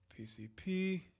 PCP